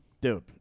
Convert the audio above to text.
Dude